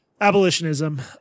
abolitionism